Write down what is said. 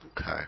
Okay